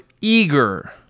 eager